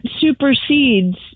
supersedes